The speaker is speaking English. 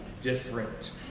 different